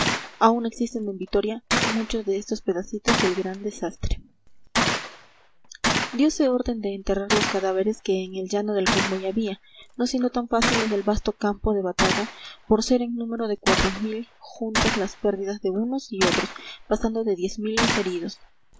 aún existen en vitoria muchos de estos pedacitos del gran desastre diose orden de enterrar los cadáveres que en el llano del convoy había no siendo tan fácil los del vasto campo de batalla por ser en número de cuatro mil juntas las pérdidas de unos y otros pasando de diez mil los heridos